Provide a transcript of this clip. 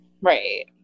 Right